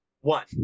One